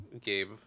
Gabe